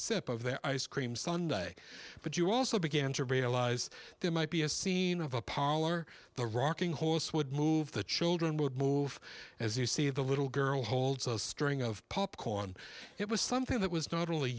their ice cream sundae but you also began to realize there might be a scene of a poller the rocking horse would move the children would move as you see the little girl holds a string of popcorn it was something that was not only